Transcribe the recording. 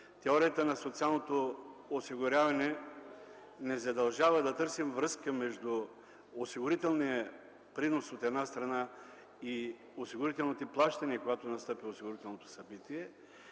Теорията на социалното осигуряване ни задължава да търсим връзка между осигурителния принос, от една страна, и осигурителните плащания, когато настъпи осигурителното събитие.